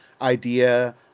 idea